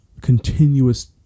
continuous